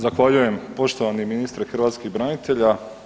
Zahvaljujem poštovani ministre hrvatskih branitelja.